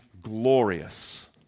glorious